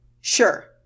Sure